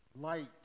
light